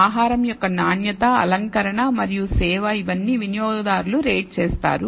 ఆహారం యొక్క నాణ్యత అలంకరణ మరియు సేవ ఇవన్నీ వినియోగదారులు రేట్ చేస్తారు